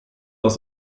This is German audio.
aus